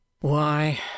Why